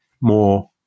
more